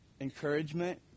encouragement